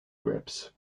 grips